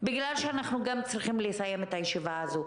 גם בגלל שאנחנו צריכים לסיים את הישיבה הזו,